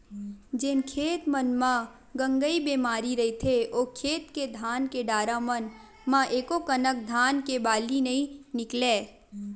जेन खेत मन म गंगई बेमारी रहिथे ओ खेत के धान के डारा मन म एकोकनक धान के बाली नइ निकलय